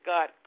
God